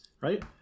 right